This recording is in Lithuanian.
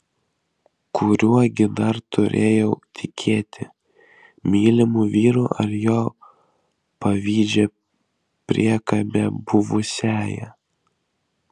kuriuo gi dar turėjau tikėti mylimu vyru ar jo pavydžia priekabia buvusiąja